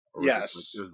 Yes